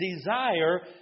desire